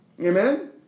Amen